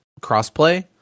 crossplay